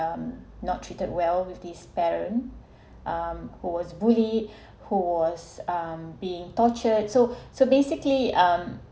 um not treated well with his parent who was bullied who was being tortured so so basically um